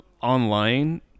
online